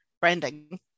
branding